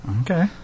Okay